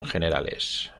generales